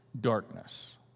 darkness